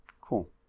cool